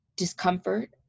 discomfort